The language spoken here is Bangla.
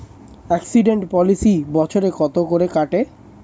এক্সিডেন্ট পলিসি বছরে কত করে কাটে?